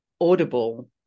audible